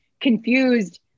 confused